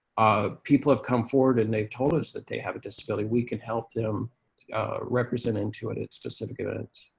ah people have come forward and they've told us that they have a disability, we can help them represent intuit at specific events.